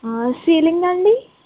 ceiling అండి